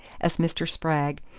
as mr. spragg,